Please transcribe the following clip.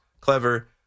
clever